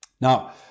Now